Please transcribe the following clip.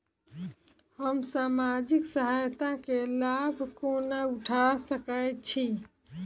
हम सामाजिक सहायता केँ लाभ कोना उठा सकै छी?